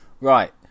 right